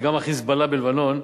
וגם ה"חיזבאללה" בלבנון,